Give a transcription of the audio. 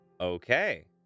Okay